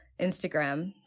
Instagram